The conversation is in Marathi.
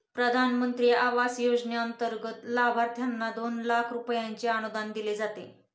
प्रधानमंत्री आवास योजनेंतर्गत लाभार्थ्यांना दोन लाख रुपयांचे अनुदान दिले जाते